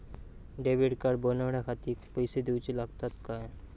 Debit card बनवण्याखाती पैसे दिऊचे लागतात काय?